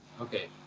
Okay